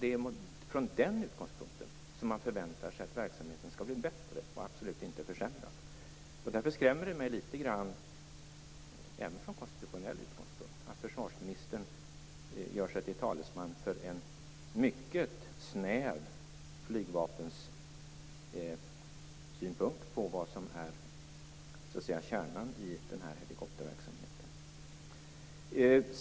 Det är från den utgångspunkten som man förväntar sig att verksamheten skall bli bättre, och absolut inte försämrad. Därför skrämmer det mig litet grand även från konstitutionell utgångspunkt att försvarsministern gör sig till talesman för en mycket snäv Flygvapensynpunkt på vad som är kärnan i helikopterverksamheten.